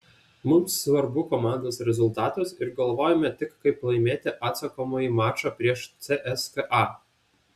mums svarbu komandos rezultatas ir galvojame tik kaip laimėti atsakomąjį mačą prieš cska